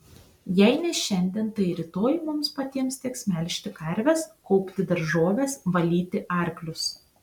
jei ne šiandien tai rytoj mums patiems teks melžti karves kaupti daržoves valyti arklius